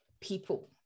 people